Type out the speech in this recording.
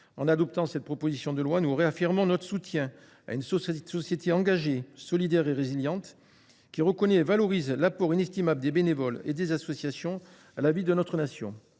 En votant cette proposition de loi, nous réaffirmons notre soutien à une société engagée, solidaire et résiliente, qui reconnaît et valorise l’apport inestimable des bénévoles et des associations à la vie de notre Nation.